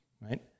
right